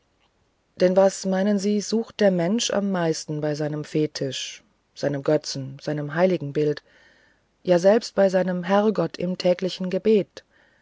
denn was meinen sie sucht der mensch am meisten bei seinem fetisch seinem götzen seinem heiligenbild ja selbst bei seinem herrgott im täglichen gebet